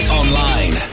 online